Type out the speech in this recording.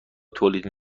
تولید